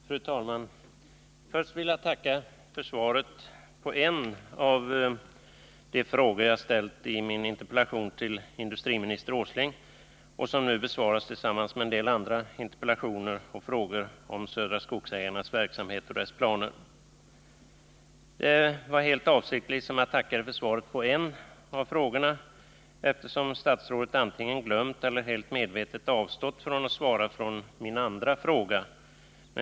Fru talman! Jag vill först tacka för svaret på en av de frågor jag ställt i min interpellation till industriminister Åsling och som nu besvaras tillsammans med en del andra interpellationer och frågor om Södra Skogsägarnas verksamhet och dess planer. Det var helt avsiktligt jag tackade för svaret på en av frågorna, eftersom statsrådet antingen glömt eller helt medvetet avstått från att svara på min andra fråga.